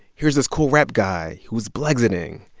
here's this cool rap guy who is blexiting.